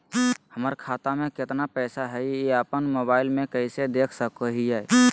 हमर खाता में केतना पैसा हई, ई अपन मोबाईल में कैसे देख सके हियई?